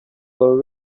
were